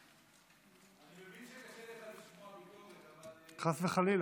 אני מבין שקשה לך לשמוע ביקורת, חס וחלילה.